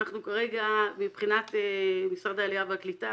כרגע מבחינת משרד העלייה והקליטה